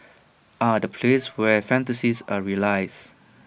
ah the place where fantasies are realised